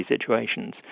situations